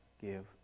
give